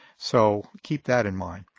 so keep that in mind.